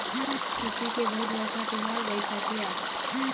खेती के बहुत बड़का तिहार बइसाखी आय